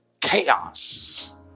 Chaos